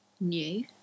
new